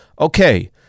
okay